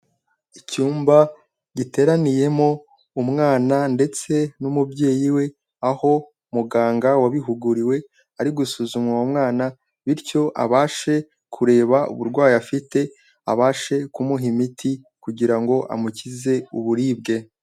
Icyumba giteraniyemo umwana ndetse n'umubyeyi we, aho muganga wabihuguriwe ari gusuzuma uwo mwana, bityo abashe kureba uburwayi afite, abashe kumuha imiti kugira ngo amukize uburibwe.